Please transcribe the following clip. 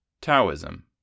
Taoism